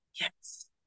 Yes